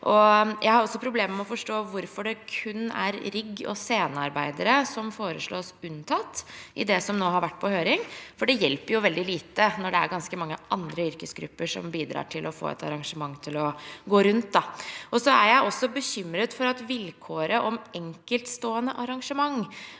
Jeg har også problemer med å forstå hvorfor det kun er rigg- og scenearbeidere som foreslås unntatt i det som nå har vært på høring, for det hjelper veldig lite når det er ganske mange andre yrkesgrupper som bidrar til å få et arrangement til å gå rundt. Jeg er også bekymret for at vilkåret om enkeltstående arrangement